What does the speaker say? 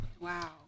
Wow